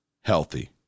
healthy